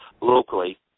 locally